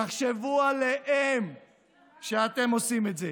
תחשבו עליהם כשאתם עושים את זה.